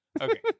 Okay